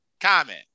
comment